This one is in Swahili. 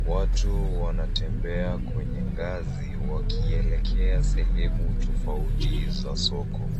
Watu wanatembea kwenye ngazi wakielekea sehemu tofauti za soko.